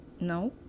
No